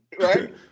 Right